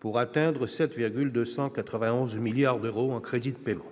pour atteindre 7,291 milliards d'euros en crédits de paiement.